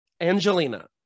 Angelina